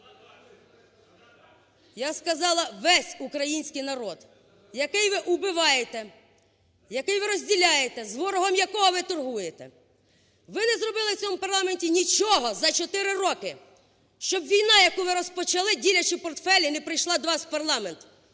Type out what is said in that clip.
Я сказала "весь український народ", який ви убиваєте, який ви розділяєте, з ворогом якого ви торгуєте. Ви не зробили в цьому парламенті нічого за 4 роки, щоб війна, яку ви розпочали, ділячи портфелі, не прийшла до вас в парламент!